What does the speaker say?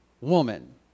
woman